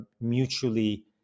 mutually